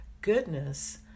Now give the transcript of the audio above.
Goodness